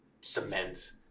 cement